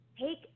take